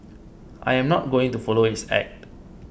I am not going to follow his act